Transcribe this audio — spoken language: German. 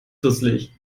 dusselig